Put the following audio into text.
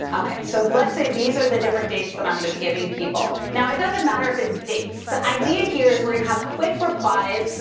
okay. so let's say these are the different dates that i'm gonna be giving people. now it doesn't matter if it's dates. the idea here is we're gonna have quick replies.